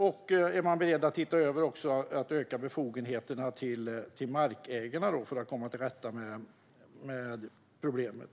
Är man beredd att titta över och öka befogenheterna för markägaren för att komma till rätta med problemet?